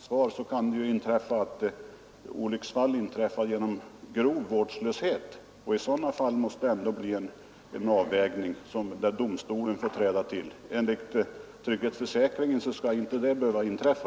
Herr talman! Även vid tillämpning av ett strikt arbetsgivaransvar kan olycksfall inträffa på grund av grov vårdslöshet. I sådana fall måste det ändå bli fråga om en avvägning, där domstol får träda in. Vid ett system med trygghetsförsäkring skulle detta inte behöva inträffa.